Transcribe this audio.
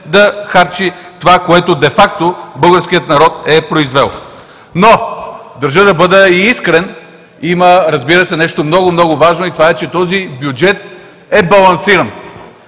да харчи това, което де факто българският народ е произвел. Но държа да бъда и искрен. Има, разбира се, нещо много, много важно, и това е, че този бюджет е балансиран.